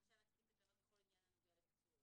והוא רשאי להתקין תקנות בכל עניין הנוגע לביצועו.